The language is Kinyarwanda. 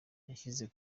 yashyize